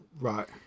Right